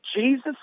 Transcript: Jesus